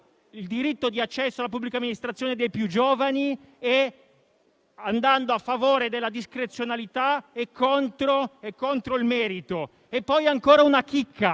il diritto di accesso alla pubblica amministrazione dei più giovani e andando a favore della discrezionalità e contro il merito. Poi abbiamo una chicca,